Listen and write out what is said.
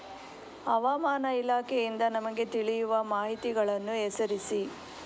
ಹವಾಮಾನ ಇಲಾಖೆಯಿಂದ ನಮಗೆ ತಿಳಿಯುವ ಮಾಹಿತಿಗಳನ್ನು ಹೆಸರಿಸಿ?